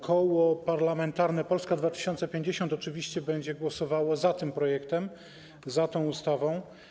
Koło Parlamentarne Polska 2050 oczywiście będzie głosowało za tym projektem, za tą ustawą.